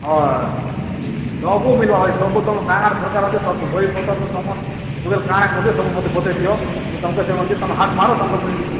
ହଁ ସବୁ ମିଲ୍ବ ଭାଇ ସବୁ ତୁମର୍ କାଁଣାଟା ଦରକାର୍ ଅଛି ସବୁ ବହିପତ୍ରନୁ ତୁମର୍ ଟୁକେଲ୍ କାଁଣା କରିବେ ସବୁ ମୋତେ ବତେଇଦିଅ ମୁଁଇ ତୁମକୁ ସେଇ ଅନୁଯାୟୀ ତୁମେ ହାତ୍ ମାର ତୁମକୁ ମୁଇଁ